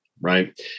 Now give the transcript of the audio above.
right